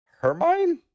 Hermione